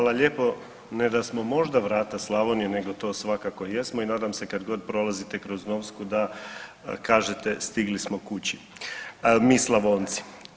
Hvala lijepo, ne da smo možda vrata Slavonije, nego to svakako i jesmo i nadam se kad god prolazite kroz Novsku da kažete stigli smo kući mi Slavonci.